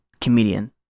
comedian